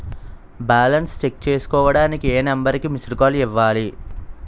Balance check చేసుకోవటానికి ఏ number కి మిస్డ్ కాల్ ఇవ్వాలి?